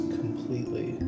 completely